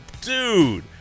Dude